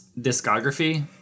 discography